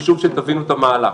חשוב שתבינו את המהלך.